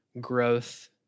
growth